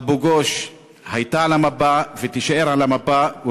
אבו-גוש הייתה על המפה ותישאר על המפה.